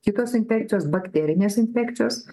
kitos infekcijos bakterinės infekcijos